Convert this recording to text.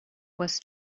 was